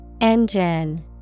Engine